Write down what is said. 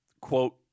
quote